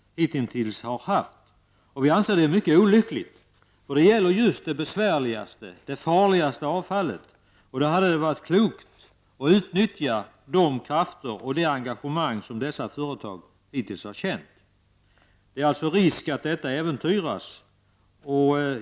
Vi anser att detta är mycket olyckligt, för det gäller just det besvärliga, det farliga avfallet. Då hade det varit klokt att utnyttja de krafter och det engemang som dessa företag hittills har känt. Det finns alltså risk för att detta äventyras.